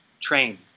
train